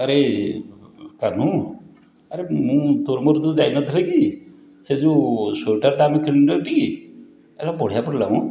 ଆରେ କାହ୍ନୁ ଆରେ ମୁଁ ତୋ'ର ମୋର ଯେଉଁ ଯାଇନଥିଲେ କି ସେ ଯେଉଁ ସ୍ଵେଟରଟା ଆମେ କିଣିଲେଟି ଆରେ ବଢ଼ିଆ ପଡ଼ିଲା ମ